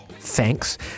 Thanks